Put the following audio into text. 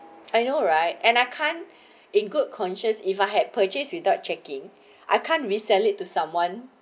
I know right and I can't in good conscience if I had purchased without checking I can't resell it to someone